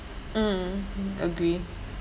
mm agree